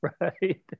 Right